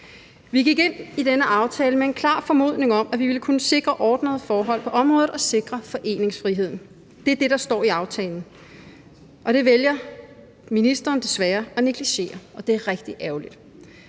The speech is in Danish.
Vi gik ind i denne aftale med en klar formodning om, at vi ville kunne sikre ordnede forhold på området og sikre foreningsfriheden. Det er det, der står i aftalen, og det vælger ministeren desværre at negligere, og det er rigtig ærgerligt.